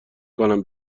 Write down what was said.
کنم